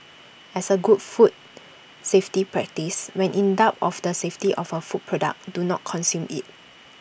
as A good food safety practice when in doubt of the safety of A food product do not consume IT